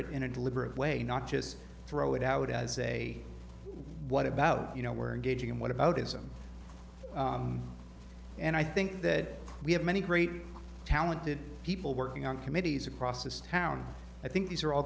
it in a deliberate way not just throw it out as a what about you know we're engaging in what about ism and i think that we have many great talented people working on committees across this town i think these are all